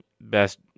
Best